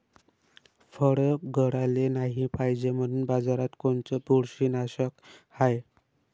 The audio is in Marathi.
फळं गळाले नाही पायजे म्हनून बाजारात कोनचं बुरशीनाशक हाय?